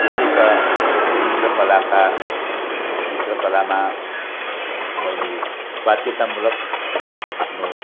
यसै त चित्रकलाका चित्रकलामा मैले बाध्यतामूलक आफ्नो